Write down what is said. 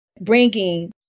bringing